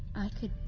i wanted